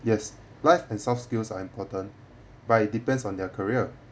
yes life and soft skills are important but it depends on their career